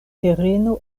tereno